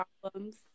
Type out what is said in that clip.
problems